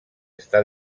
està